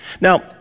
Now